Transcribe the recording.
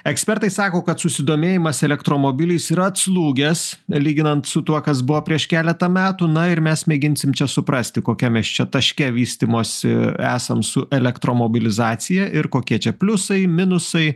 ekspertai sako kad susidomėjimas elektromobiliais yra atslūgęs lyginant su tuo kas buvo prieš keletą metų na ir mes mėginsim čia suprasti kokiam mes čia taške vystymosi esam su elektromobilizacija ir kokie čia pliusai minusai